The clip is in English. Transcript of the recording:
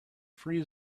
free